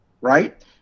right